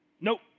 Nope